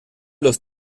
los